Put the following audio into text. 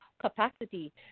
Capacity